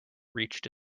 reached